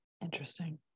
Interesting